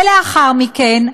ולאחר מכן האדם,